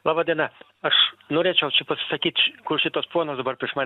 laba diena aš norėčiau čia pasisakyt kur šitas ponas dabar prieš mane